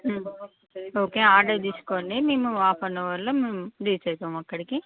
okay order తీస్కోండి మేము half an అవర్లో మేం రీచ్ అవుతాం అక్కడికి